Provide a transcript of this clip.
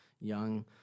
young